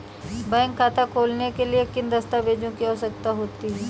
Bank खाता खोलने के लिए किन दस्तावेजों की आवश्यकता होती है?